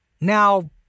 Now